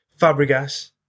Fabregas